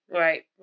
right